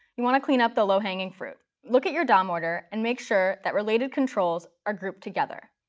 you want to clean up the low-hanging fruit. look at your dom order and make sure that related controls are grouped together.